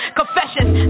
confessions